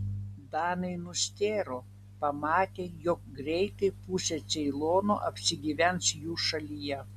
danai nustėro pamatę jog greitai pusė ceilono apsigyvens jų šalyje